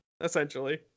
essentially